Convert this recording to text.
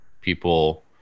people